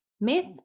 myth